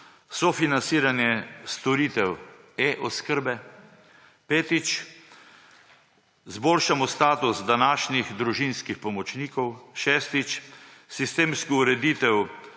sofinanciranje storitev E-oskrbe. Petič, zboljšamo status današnjih družinskih pomočnikov. Šestič, sistemsko ureditev